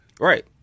right